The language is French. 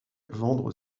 vendre